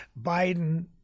Biden